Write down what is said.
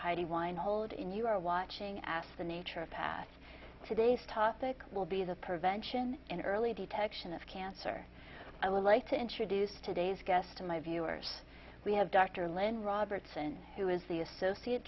heidi weinhold in you are watching ask the nature of that today's topic will be the prevention in early detection of cancer i would like to introduce today's guest to my viewers we have dr len robertson who is the associate